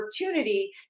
opportunity